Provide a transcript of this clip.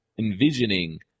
envisioning